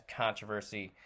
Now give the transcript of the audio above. controversy